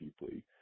deeply